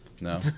No